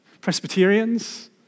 Presbyterians